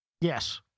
Yes